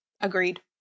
Agreed